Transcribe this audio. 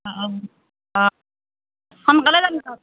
অঁ অঁ অঁ সোনকালে যাম দিয়ক